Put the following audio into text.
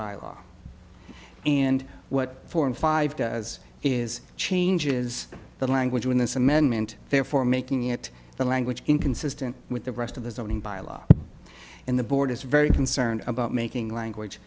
bylaw and what four and five does is changes the language when this amendment therefore making it the language inconsistent with the rest of the zoning by law and the board is very concerned about making language